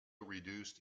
reduced